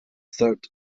third